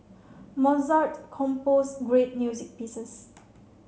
Mozart composed great music pieces